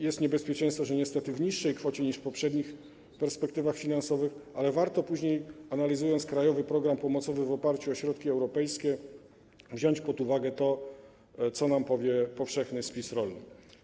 Jest niebezpieczeństwo, że niestety w niższej kwocie niż w poprzednich perspektywach finansowych, ale warto, analizując później krajowy program pomocowy w oparciu o środki europejskie, wziąć pod uwagę to, co nam powie powszechny spis rolny.